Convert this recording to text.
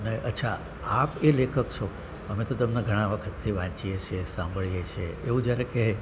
અને અચ્છા આપ એ લેખક છો અમે તો તમને વખતથી વાંચીએ છીએ સાંભળીએ છીએ એવું જ્યારે કહે